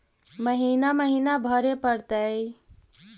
महिना महिना भरे परतैय?